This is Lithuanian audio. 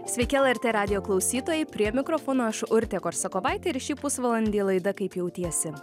sveiki lrt radijo klausytojai prie mikrofono aš urtė korsakovaitė ir šį pusvalandį laida kaip jautiesi